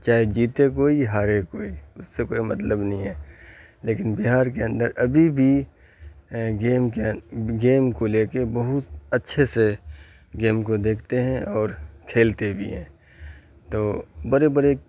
چاہے جیتے کوئی ہارے کوئی اس سے کوئی مطلب نہیں ہے لیکن بہار کے اندر ابھی بھی گیم کے گیم کو لے کے بہت اچھے سے گیم کو دیکھتے ہیں اور کھیلتے بھی ہیں تو بڑے بڑے